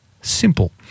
Simple